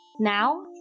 Now